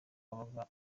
yabaga